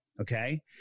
Okay